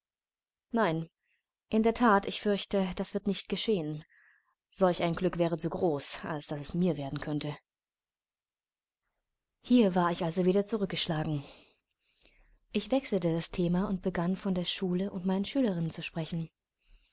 nein in der that ich fürchte das wird nicht geschehen solch ein glück wäre zu groß als daß es mir werden könnte hier war ich also wieder zurückgeschlagen ich wechselte das thema und begann von der schule und meinen schülerinnen zu sprechen